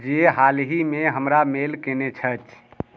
जे हालहिमे हमरा मेल कयने छथि